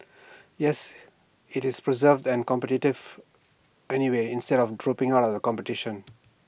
yes IT is persevered and anyway instead of dropping out of the competition